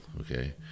okay